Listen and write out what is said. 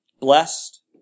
Blessed